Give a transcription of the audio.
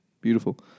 beautiful